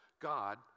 God